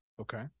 Okay